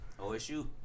OSU